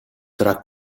tra